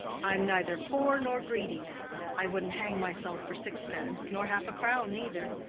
i'm neither poor nor greedy i wouldn't hang myself for sixpence, nor half a crown neither.